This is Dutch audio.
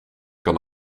kan